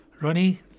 Ronnie